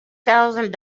thousand